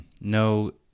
No